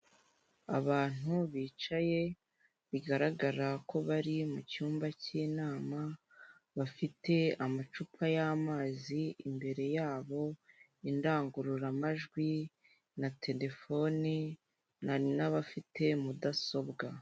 Abantu bicaye, bigaragara ko bari mu cyumba k'inama, bafite amacupa y'amazi imbere yabo, indangururamajwi na terefone n'abafite mudasobwa.